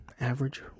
average